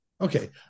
Okay